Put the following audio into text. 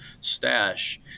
stash